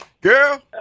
Girl